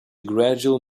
gradual